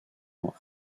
dans